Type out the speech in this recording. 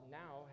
now